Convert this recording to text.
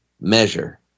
measure